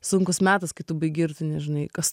sunkus metas kai tu baigi ir tu nežinai kas